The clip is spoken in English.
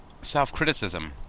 Self-criticism